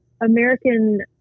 American